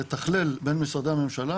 לתכלל בין משרד הממשלה,